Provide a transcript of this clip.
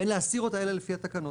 ואין להסיר אותה אלא לפי התקנות.